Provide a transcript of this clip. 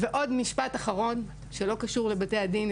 ועוד משפט אחרון שלא קשור לבתי הדין,